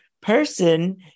person